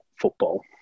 football